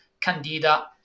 candida